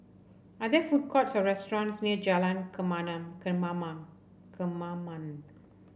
are there food courts or restaurants near Jalan Kemaman Kemaman